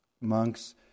monks